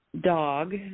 dog